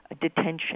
detention